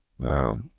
Wow